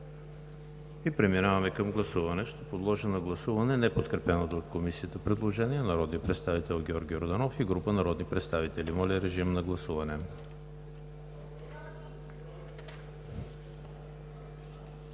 и преминаваме към гласуване. Подлагам на гласуване неподкрепеното от Комисията предложение на народния представител Георги Йорданов и група народни представители. Гласували